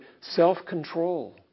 self-control